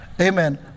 Amen